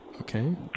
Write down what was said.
Okay